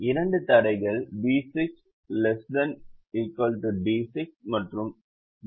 இரண்டு தடைகள் B6 ≤ D6 மற்றும் B7 ≤ D7